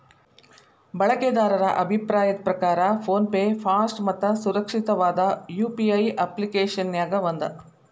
ಬಳಕೆದಾರರ ಅಭಿಪ್ರಾಯದ್ ಪ್ರಕಾರ ಫೋನ್ ಪೆ ಫಾಸ್ಟ್ ಮತ್ತ ಸುರಕ್ಷಿತವಾದ ಯು.ಪಿ.ಐ ಅಪ್ಪ್ಲಿಕೆಶನ್ಯಾಗ ಒಂದ